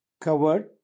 covered